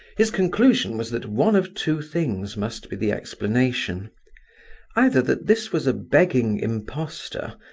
his conclusion was that one of two things must be the explanation either that this was a begging impostor,